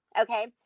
okay